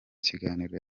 kiganiro